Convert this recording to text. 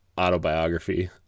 autobiography